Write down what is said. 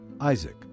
Isaac